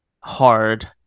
hard